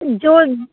जो